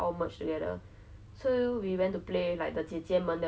in bintan and you open the door and it leads you to the beach like